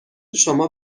شما